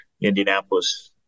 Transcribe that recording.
Indianapolis